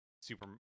Super